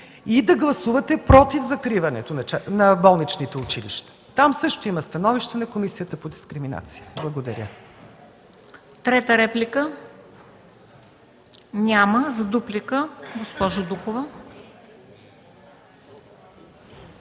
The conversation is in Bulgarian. и да гласувате против закриването на болничните училища? Там също има становище на Комисията по дискриминация. Благодаря. ПРЕДСЕДАТЕЛ МЕНДА СТОЯНОВА: Трета реплика? Няма. За дуплика – госпожа Дукова.